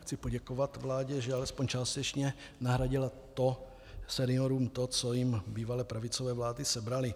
Chci poděkovat vládě, že alespoň částečně nahradila seniorům to, co jim bývalé pravicové vlády sebraly.